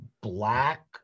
black